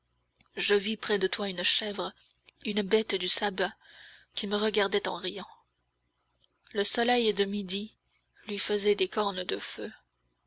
je vis près de toi une chèvre une bête du sabbat qui me regardait en riant le soleil de midi lui faisait des cornes de feu